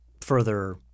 further